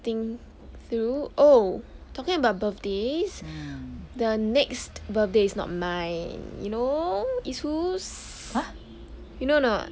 think through oh talking about birthdays the next birthday is not mine you know is who's you know not